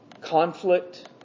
conflict